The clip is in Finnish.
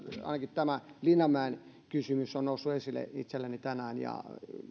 ainakin tämä linnanmäen kysymys on noussut esille itselleni tänään ja